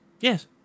Yes